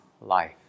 life